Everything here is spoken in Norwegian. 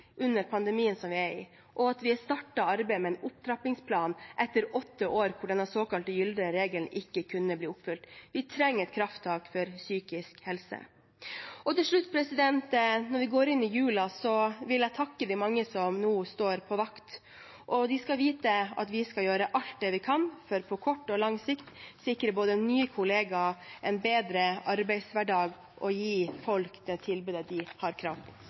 under pandemien som vi er i, og at vi har startet arbeidet med en opptrappingsplan etter åtte år hvor den såkalte gylne regelen ikke kunne bli oppfylt. Vi trenger et krafttak for psykisk helse. Og til slutt: Når vi går inn i julen, vil jeg takke de mange som nå står på vakt. De skal vite at vi skal gjøre alt det vi kan – på kort og lang sikt – for å sikre både nye kollegaer og en bedre arbeidshverdag og for å gi folk det tilbudet de har